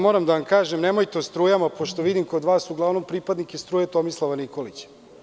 Moram da vam kažem, nemojte o strujama, pošto vidim uglavnom kod vas pripadnike struje Tomislava Nikolića.